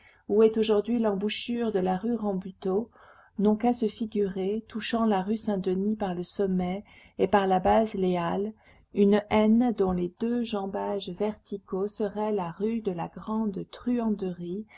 où est aujourd'hui l'embouchure de la rue rambuteau n'ont qu'à se figurer touchant la rue saint-denis par le sommet et par la base les halles une n dont les deux jambages verticaux seraient la rue de la grande truanderie